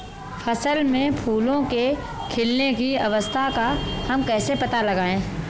फसल में फूलों के खिलने की अवस्था का हम कैसे पता लगाएं?